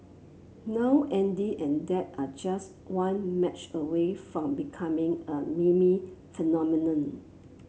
now Andy and dad are just one match away from becoming a meme phenomenon